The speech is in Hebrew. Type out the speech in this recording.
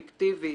פיקטיבי,